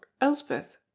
Elspeth